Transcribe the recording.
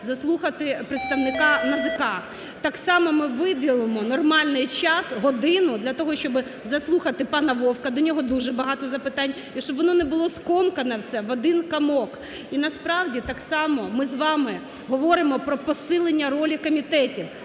заслухати представника НАЗК. Так само ми виділимо нормальний час – годину для того, щоби заслухати пана Вовка (до нього дуже багато запитань), і щоб воно не було скомкано все в один комок. І насправді так само ми з вами говоримо про посилення ролі комітетів.